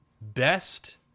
best